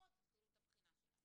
ומפה תתחילו את הבחינה שלהם.